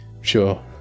Sure